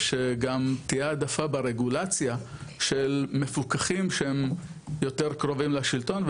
שגם תהיה העדפה ברגולציה של מפוקחים שהם יותר קרובים לשלטון,